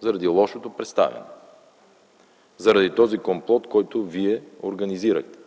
заради лошото представяне. Заради този комплот, който Вие организирахте,